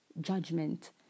judgment